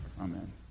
amen